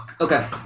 Okay